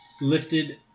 lifted